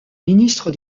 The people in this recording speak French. ministre